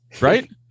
Right